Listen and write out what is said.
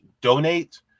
donate